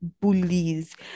bullies